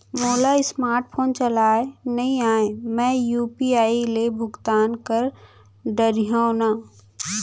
मोला smartphone चलाए नई आए मैं यू.पी.आई ले भुगतान कर डरिहंव न?